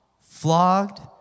flogged